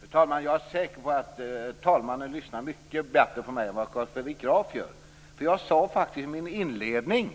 Fru talman! Jag är säker på att talmannen lyssnar mycket bättre på mig än vad Carl Fredrik Graf gör. Jag sade faktiskt i min inledning